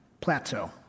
plateau